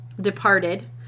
departed